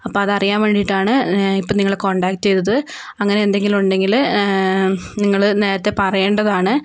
അപ്പോൾ അതറിയാൻ വേണ്ടിയിട്ടാണ് ഇപ്പോൾ നിങ്ങളെ കോണ്ടാക്ട് ചെയ്തത് അങ്ങനെ എന്തെങ്കിലും ഉണ്ടെങ്കിൽ നിങ്ങൾ നേരത്തേ പറയേണ്ടതാണ്